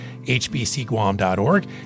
hbcguam.org